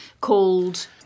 called